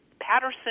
Patterson